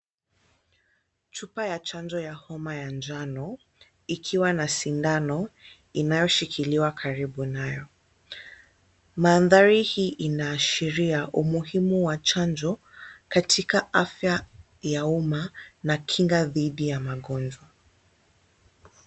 Chupa ya chanjo ya homa ya njano ikiwa na sindano inayoshikiliwa karibu nayo. Mandhari hii inaashiria umuhimu wa chanjo katika afya ya umma na kinga dhidi ya magonjwa.